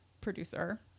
producer